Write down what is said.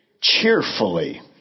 cheerfully